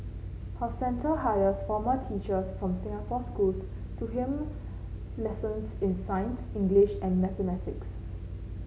her centre hires former teachers from Singapore schools to helm lessons in science English and mathematics